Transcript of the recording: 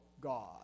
God